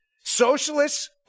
Socialists